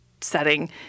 setting